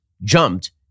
jumped